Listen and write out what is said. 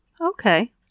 Okay